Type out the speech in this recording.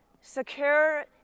secure